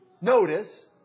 notice